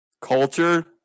culture